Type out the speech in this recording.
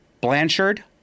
Blanchard